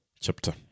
chapter